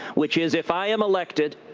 which is, if i am elected,